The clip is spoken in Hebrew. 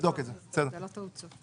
זה לא טעות סופר.